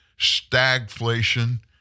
stagflation